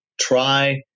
try